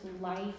life